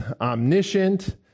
omniscient